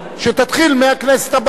שתתחיל מהכנסת הבאה.